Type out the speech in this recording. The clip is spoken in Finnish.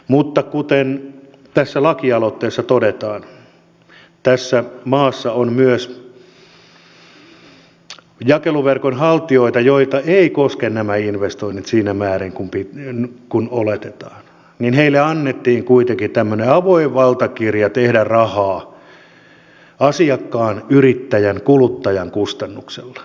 mutta kuten tässä lakialoitteessa todetaan tässä maassa on myös jakeluverkon haltijoita joita eivät koske nämä investoinnit siinä määrin kuin oletetaan ja heille annettiin kuitenkin tämmöinen avoin valtakirja tehdä rahaa asiakkaan yrittäjän kuluttajan kustannuksella